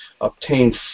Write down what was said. obtain